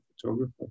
Photographer